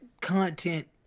content